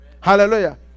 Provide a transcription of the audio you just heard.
Hallelujah